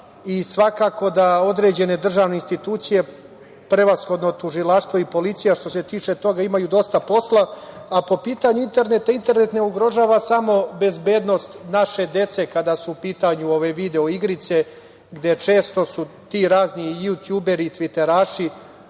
i svakako da određene državne institucije, prevashodno tužilaštvo i policija, što se tiče toga imaju dosta posla. Po pitanju interneta, internet ne ugrožava samo bezbednost naše dece kada su u pitanju ove video igrice, gde su često i ti razni jutjuberi i tviteraši